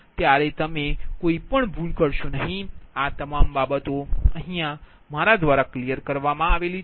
ત્યારે કોઈ ભૂલ કરશો નહીં આ બાબત છે